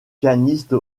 pianiste